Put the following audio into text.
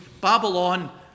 Babylon